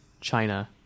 China